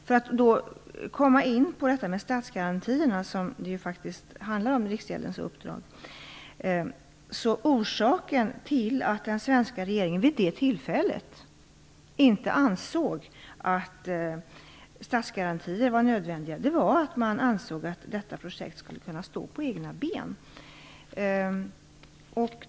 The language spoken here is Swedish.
För att komma in på detta med statsgarantierna, som det handlar om i Riksgäldskontorets uppdrag, kan jag säga att orsaken till att den svenska regeringen vid det tillfället inte tyckte att statsgarantier var nödvändiga var att man ansåg att detta projekt skulle kunna stå på egna ben.